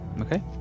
okay